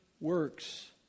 works